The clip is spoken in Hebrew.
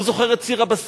הוא זוכר את סיר הבשר,